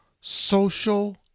social